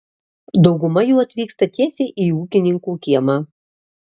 dauguma jų atvyksta tiesiai į ūkininkų kiemą